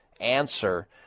answer